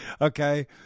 okay